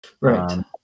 Right